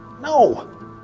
no